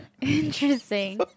Interesting